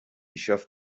geoff